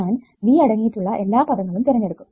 ഞാൻ V അടങ്ങിയിട്ടുള്ള എല്ലാ പദങ്ങളും തിരഞ്ഞെടുക്കും